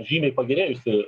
žymiai pagerėjusį